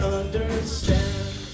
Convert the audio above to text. understand